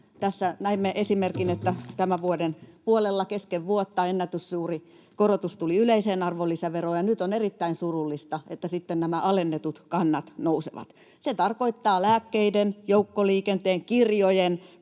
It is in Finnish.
näimme esimerkin, että tämän vuoden puolella kesken vuotta tuli ennätyssuuri korotus yleiseen arvonlisäveroon, ja nyt on erittäin surullista, että sitten nämä alennetut kannat nousevat. Se tarkoittaa lääkkeiden, joukkoliikenteen, kirjojen,